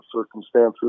circumstances